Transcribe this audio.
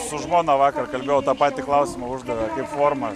su žmona vakar kalbėjau tą patį klausimą uždavė forma